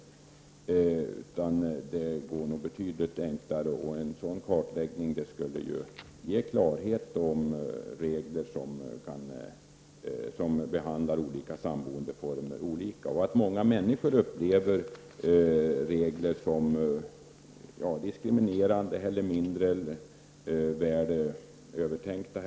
Det går nog betydligt enklare. En sådan kartläggning skulle ju ge klarhet om de regler som behandlar olika samlevnadsformer olika. Det finns många exempel på att människor upplever regler som diskriminerande eller mindre väl genomtänka.